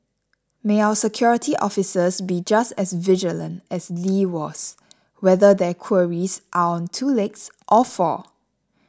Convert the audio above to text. may our security officers be just as vigilant as Lee was whether their quarries are on two legs or four